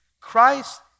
Christ